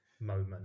moment